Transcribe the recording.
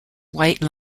white